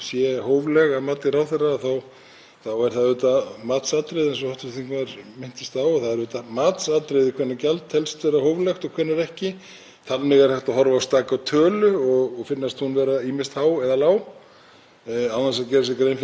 Þannig er hægt að horfa á staka tölu og finnast hún vera ýmist há eða lág án þess að gera sér grein fyrir hvaða vinna liggur á bak við töluna. Gjaldskráin var á sínum tíma byggð á ítarlegri kostnaðargreiningu af hálfu fjármálaráðgjafa Deloitte, það er reyndar talsvert síðan.